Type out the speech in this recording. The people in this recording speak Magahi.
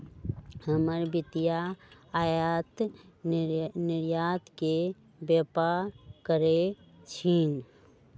हमर पितिया आयात निर्यात के व्यापार करइ छिन्ह